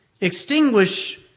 extinguish